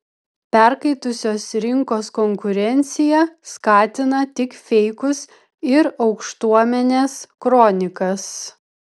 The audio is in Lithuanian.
perkaitusios rinkos konkurencija skatina tik feikus ir aukštuomenės kronikas